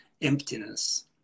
emptiness